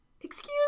Excuse